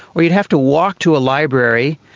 or you'd have to walk to a library,